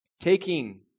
taking